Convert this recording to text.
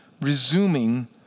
resuming